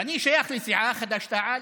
ואני שייך לסיעה חד"ש-תע"ל,